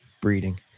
breeding